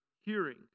hearing